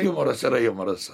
humoras yra humoras